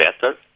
better